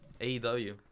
AEW